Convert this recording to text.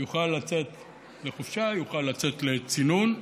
יוכל לצאת לחופשה, יוכל לצאת לצינון.